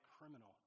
criminal